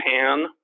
pan